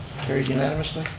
carried unanimously.